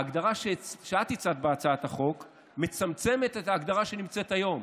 ההגדרה שאת הצעת בהצעת החוק מצמצמת את ההגדרה שנמצאת היום.